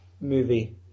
movie